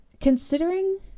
considering